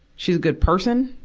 she's a good person,